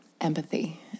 empathy